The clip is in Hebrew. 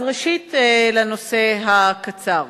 אז ראשית, לנושא הקצר.